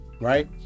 right